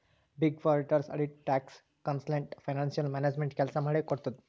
big four auditors audit, tax, consultant, financial management ಕೆಲ್ಸ ಮಾಡಿ ಕೊಡ್ತುದ್